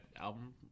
album